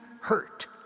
hurt